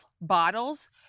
bottles